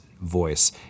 voice